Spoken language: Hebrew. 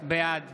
בעד